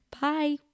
Bye